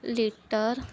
litre